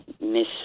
Miss